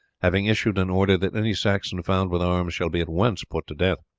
having issued an order that any saxon found with arms shall be at once put to death.